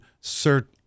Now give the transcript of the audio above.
certain